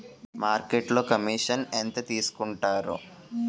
మార్కెట్లో కమిషన్ ఎంత తీసుకొంటారు?